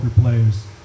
players